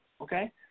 okay